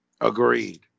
Agreed